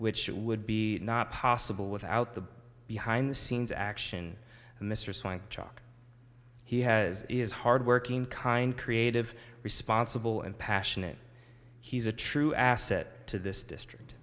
which would be not possible without the behind the scenes action mr chalk he has is hardworking kind creative responsible and passionate he's a true asset to this district